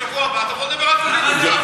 יש דיונים בשבוע הבא, תבוא תדבר על פוליטיקה.